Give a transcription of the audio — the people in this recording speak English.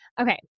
Okay